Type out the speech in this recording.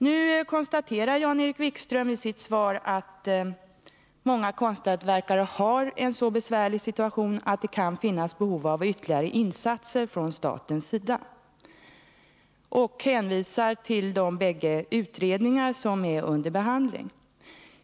Nu konstaterar Jan-Erik Wikström i sitt svar att många konsthantverkare har en så besvärlig situation att det kan finnas behov av ytterligare insatser från statens sida. Och han hänvisar till de båda utredningar som är under behandling.